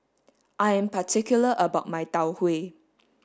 I am particular about my Tau Huay